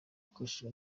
hakoreshejwe